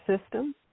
system